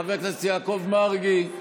חבר הכנסת יעקב מרגי.